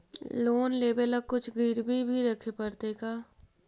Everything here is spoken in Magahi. लोन लेबे ल कुछ गिरबी भी रखे पड़तै का?